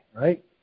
right